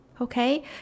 okay